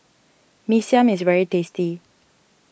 Mee Siam is very tasty